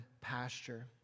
pasture